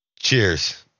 Cheers